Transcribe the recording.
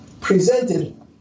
presented